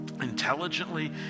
intelligently